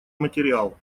материал